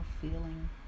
feeling